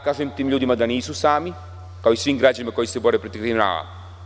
Kažem tim ljudima da nisu sami, kao i svih građanima koji se bore protiv kriminala.